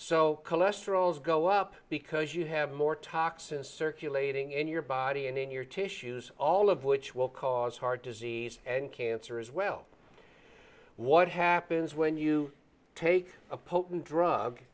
so cholesterol is go up because you have more toxins circulating in your body and in your tissues all of which will cause heart disease and cancer as well what happens when you take a potent drug